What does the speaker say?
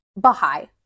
Bahai